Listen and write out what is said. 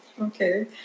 Okay